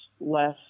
less